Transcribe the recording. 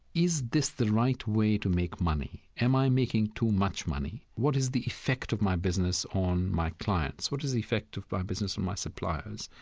is this the right way to make money? am i making too much money? what is the effect of my business on my clients? what is the effect of my business on my suppliers?